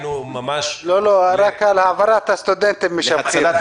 הגענו ממש ל- -- רק על העברת הסטודנטים משבחים.